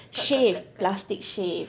shaved plastic shave